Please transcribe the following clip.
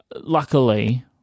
Luckily